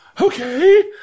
okay